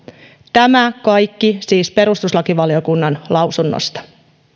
tämä kaikki siis perustuslakivaliokunnan lausunnosta